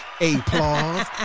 applause